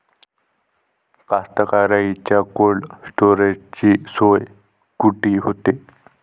कास्तकाराइच्या कोल्ड स्टोरेजची सोय कुटी होते?